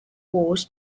wars